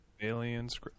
aliens